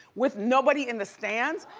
with nobody in the stands?